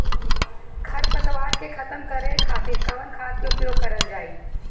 खर पतवार के खतम करे खातिर कवन खाद के उपयोग करल जाई?